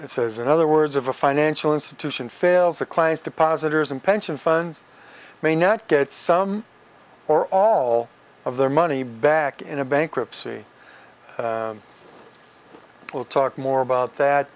it says in other words of a financial institution fails the clients depositors and pension funds may not get some or all of their money back in a bankruptcy we'll talk more about